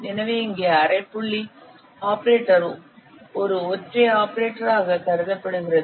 எனவே இங்கே அரைப்புள்ளி ஆபரேட்டர் ஒரு ஒற்றை ஆபரேட்டராக கருதப்படுகிறது